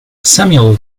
samuel